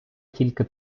тільки